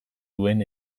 duen